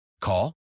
Call